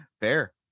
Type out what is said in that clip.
Fair